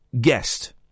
guest